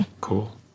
Cool